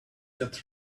got